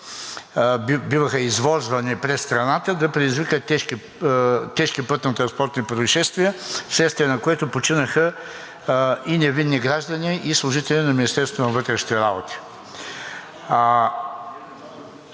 биваха извозвани през страната, предизвикаха пътнотранспортни произшествия, вследствие на които починаха и невинни граждани, и служители на